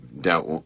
doubt